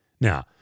Now